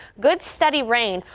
good steady rain.